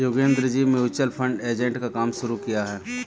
योगेंद्र जी ने mutual fund agent का काम शुरू किया है